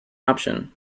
option